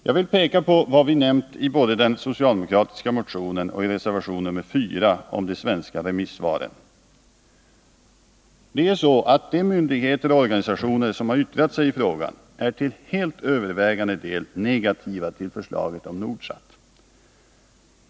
Jag vill peka på vad vi nämnt både i den socialdemokratiska motionen och i reservation nr 4 om de svenska remissvaren. De myndigheter och organisationer som yttrat sig i frågan är till helt övervägande del negativa till förslaget om Nordsat.